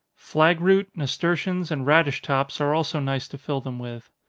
flag root, nasturtions, and radish tops, are also nice to fill them with.